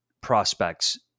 prospects